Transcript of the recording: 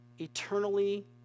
eternally